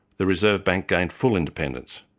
the reserve bank gained full independence.